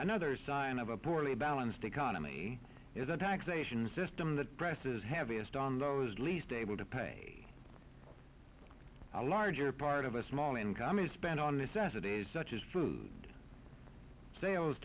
another sign of a poorly balanced economy it is a taxation system that presses heaviest on those least able to pay a larger part of a small income is spent on the subsidies such as food sales